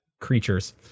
creatures